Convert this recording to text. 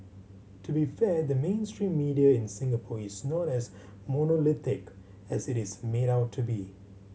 to be fair the mainstream media in Singapore is not as monolithic as it is made out to be